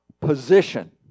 position